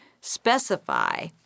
specify